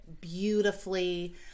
beautifully